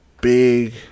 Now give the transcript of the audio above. big